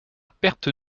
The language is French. perte